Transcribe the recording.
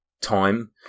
time